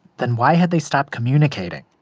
then why had they stopped communicating?